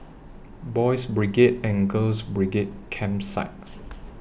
Boys' Brigade and Girls' Brigade Campsite